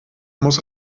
muss